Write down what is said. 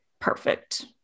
perfect